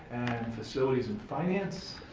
and facilities and finance.